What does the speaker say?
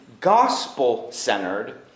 gospel-centered